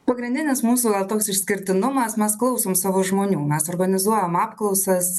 pagrindinis mūsų vat toks išskirtinumas mes klausom savo žmonių mes organizuojam apklausas